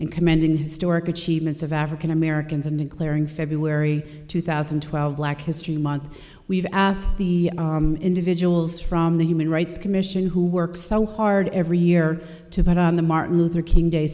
and commending historic achievements of african americans and declaring february two thousand and twelve black history month we've asked the individuals from the human rights commission who work so hard every year to vote on the martin luther king day